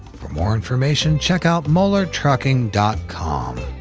for more information, check out moellertrucking dot com.